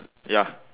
ya